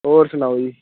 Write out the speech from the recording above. ਹੋਰ ਸੁਣਾਓ ਜੀ